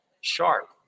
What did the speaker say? sharp